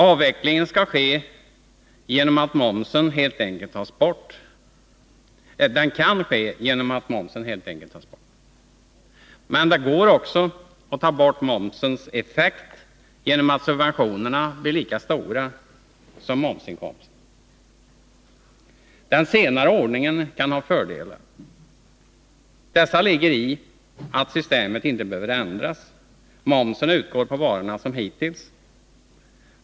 Avvecklingen kan ske genom att momsen helt enkelt tas bort, men det går också att ta bort momsens effekt genom att subventionerna blir lika stora som momsinkomsten. Den senare ordningen kan ha fördelar. Dessa ligger i att systemet inte behöver ändras, momsen utgår på varorna som hittills.